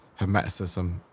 Hermeticism